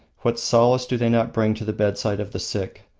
what solace do they not bring to the bedside of the sick,